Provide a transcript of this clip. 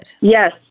yes